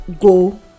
go